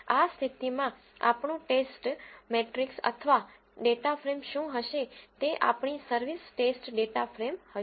આ સ્થિતિમાં આપણું ટેસ્ટ મેટ્રિક્સ અથવા ડેટા ફ્રેમ શું હશે તે આપણી સર્વિસ ટેસ્ટ ડેટા ફ્રેમ હશે